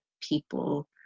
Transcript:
people